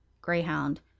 Greyhound